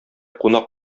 кунак